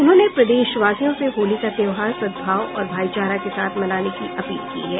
उन्होंने प्रदेशवासियों से होली का त्योहार सदभाव और भाईचारा के साथ मनाने की अपील की है